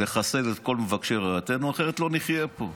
לחסל את כל מבקשי רעתנו, אחרת לא נחיה פה.